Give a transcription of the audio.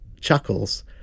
chuckles